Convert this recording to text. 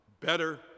better